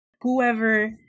Whoever